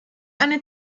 eine